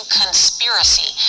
conspiracy